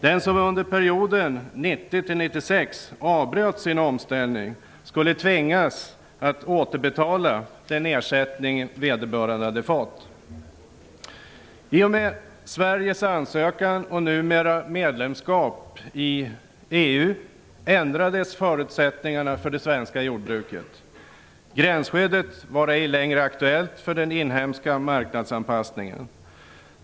Den som under perioden 1990-1996 avbröt sin omställning skulle tvingas att återbetala den ersättning vederbörande hade fått. I och med Sveriges ansökan och numera medlemskap i EU ändrades förutsättningarna för det svenska jordbruket. Gränsskyddet var ej längre aktuellt för den inhemska marknadsanpassningen.